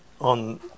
on